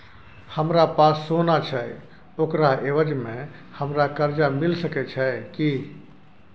हमरा पास सोना छै ओकरा एवज में हमरा कर्जा मिल सके छै की?